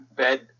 Bed